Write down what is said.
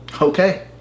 Okay